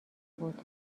بود